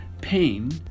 pain